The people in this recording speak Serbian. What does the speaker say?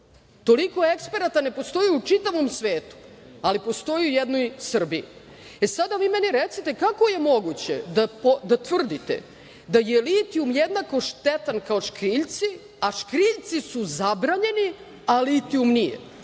toliko eksperata ne postoji u čitavom svetu, ali postoji u jednoj Srbiji“.Sada vi meni recite - kako je moguće da tvrdite da je litijum jednako štetan kao škriljci, a škriljci su zabranjeni, a litijum nije?